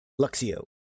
Luxio